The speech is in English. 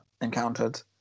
encountered